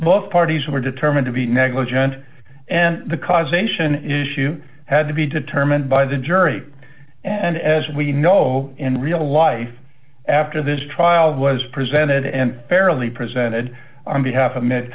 both parties were determined to be negligent and the causation issue had to be determined by the jury and as we know in real life after this trial was presented and fairly presented on behalf of